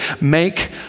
make